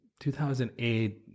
2008